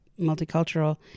multicultural